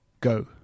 go